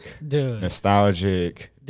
nostalgic